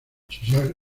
sus